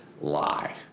lie